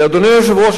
אדוני היושב-ראש,